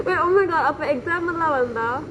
wait oh my god அப்ப:appe exam லா வந்தா:laa vanthaa